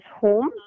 home